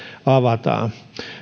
avataan